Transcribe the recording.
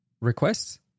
requests